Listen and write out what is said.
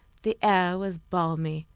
the air was balmy,